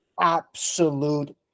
absolute